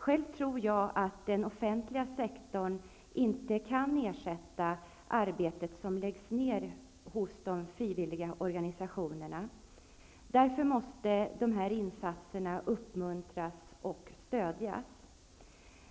Själv tror jag att den offentliga sektorn inte kan ersätta det arbete som läggs ned av de frivilliga organisationerna. Därför måste sådana insatser uppmuntras och stödjas.